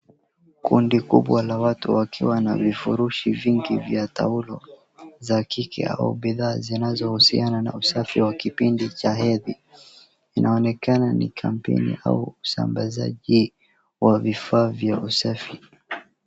Kundi kubwa la watu wakiwa na vifurushi vya taulo za kike au bidhaa zinazohusiana na usafi wa kipindi cha hedhi, inaonekana ni kampeni au usambazaji wa vifaa vya usafi.